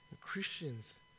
Christians